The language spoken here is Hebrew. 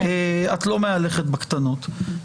את לא מהלכת בקטנות.